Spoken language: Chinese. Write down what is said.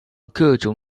各种